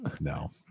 no